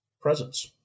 presence